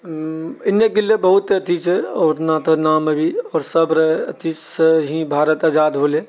एने गेलै बहुत एथीसँ ओतना तऽ नाम भी आओर सब रऽ एथीसँ ही भारत आजाद होलै